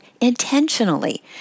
intentionally